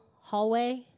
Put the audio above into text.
hallway